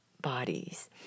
bodies